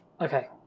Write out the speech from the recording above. Okay